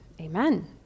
amen